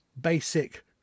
basic